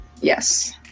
Yes